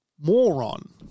Moron